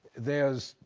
there's,